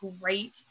great